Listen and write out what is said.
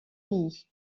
pays